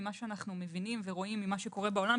ממה שאנחנו מבינים ורואים ממה שקורה בעולם,